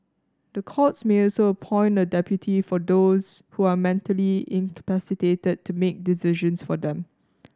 the courts may also appoint a deputy for those who are mentally incapacitated that to make decisions for them